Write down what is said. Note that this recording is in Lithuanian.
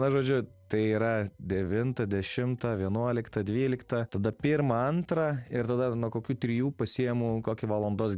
na žodžiu tai yra devintą dešimtą vienuoliktą dvyliktą tada pirmą antrą ir tada nuo kokių trijų pasiimu kokį valandos